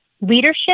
leadership